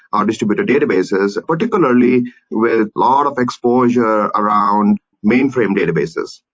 or distributed databases, particularly with lot of exposure around mainframe databases.